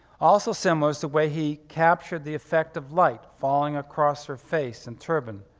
also similar is the way he captured the effect of light falling across her face and turban.